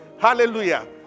Hallelujah